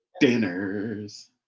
dinners